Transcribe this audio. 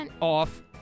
Off